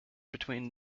between